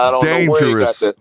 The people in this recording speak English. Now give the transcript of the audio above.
dangerous